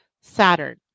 Saturn